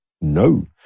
no